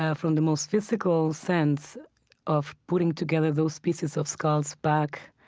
ah from the most physical sense of putting together those pieces of skulls back,